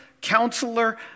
Counselor